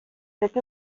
cette